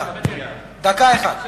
דקה אחת.